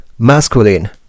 Masculine